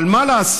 אבל מה לעשות?